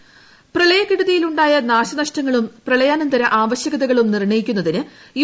സന്ദർശിക്കും പ്രളയക്കെടുതിയിൽ ഉണ്ടായ നാശനഷ്ടങ്ങളും പ്രളയാനന്തര ആവശ്യകതകളും നിർണയിക്കുന്നതിന് യു